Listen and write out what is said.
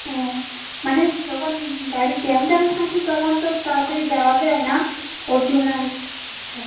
ও মানে ওই যখন গাড়ি জ্যাম ট্যাম থাকে তখন তো তাড়াতাড়ি যাওয়া যায় না ওর জন্য অনেক রকমের সমস্যা হয়